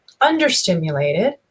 understimulated